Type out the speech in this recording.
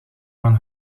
van